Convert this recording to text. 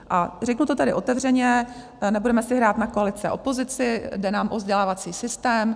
A řeknu to tady otevřeně, nebudeme si hrát na koalici, opozici jde nám o vzdělávací systém.